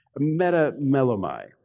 metamelomai